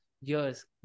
years